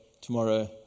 tomorrow